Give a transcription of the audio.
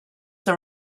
der